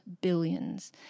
billions